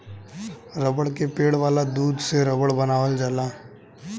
रबड़ के पेड़ वाला दूध से रबड़ बनावल जाला